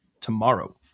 tomorrow